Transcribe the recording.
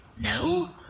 No